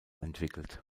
entwickelt